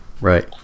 Right